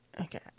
Okay